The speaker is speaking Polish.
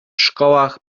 szkołach